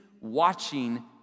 watching